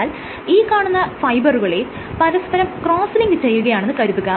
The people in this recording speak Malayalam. എന്നാൽ ഈ കാണുന്ന ഫൈബറുകളെ പരസ്പരം ക്രോസ്സ് ലിങ്ക് ചെയ്യുകയാണെന്ന് കരുതുക